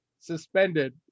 suspended